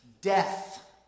death